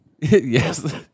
yes